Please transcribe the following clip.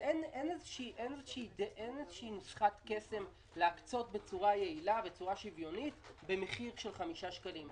אין איזו נוסחת קסם להקצות בצורה יעילה ושוויונית במחיר של 5 שקלים.